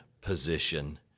position